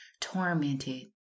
tormented